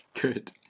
Good